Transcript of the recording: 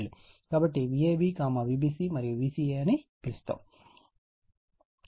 కాబట్టి Vab Vbc మరియు Vca అని పిలుస్తారు